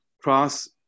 cross